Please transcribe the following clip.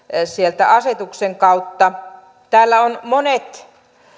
sieltä asetuksen kautta täällä ovat monet